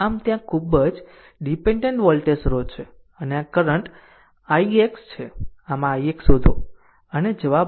આમ ત્યાં ખૂબ જ ડીપેન્ડેન્ટ વોલ્ટેજ સ્રોત છે અને આ કરંટ ix છે